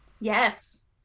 Yes